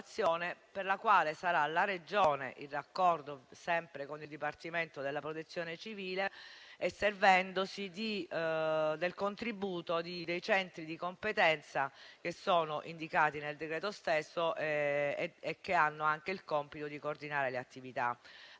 per la quale sarà responsabile la Regione, sempre in raccordo con il Dipartimento della protezione civile e servendosi del contributo dei centri di competenza indicati nel decreto stesso, che hanno anche il compito di coordinare le attività.